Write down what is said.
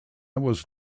was